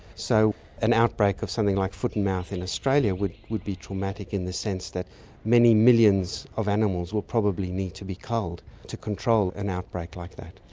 so an outbreak of something like foot and mouth in australia would would be traumatic in the sense that many millions of animals would probably need to be culled to control an outbreak like that.